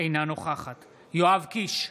אינה נוכחת יואב קיש,